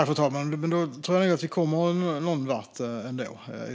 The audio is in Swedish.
Fru talman!